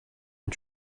ont